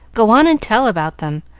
go on, and tell about them.